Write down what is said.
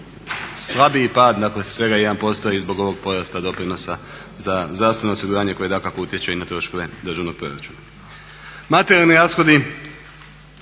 slabiji pad svega 1% i zbog ovog porasta doprinosa za zdravstveno osiguranje koji dakako utječe i na troškove državnog proračuna. Materijalni rashodi